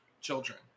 children